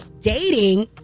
dating